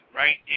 right